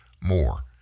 more